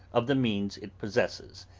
of the means it possesses,